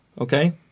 Okay